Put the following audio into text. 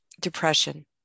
depression